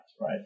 right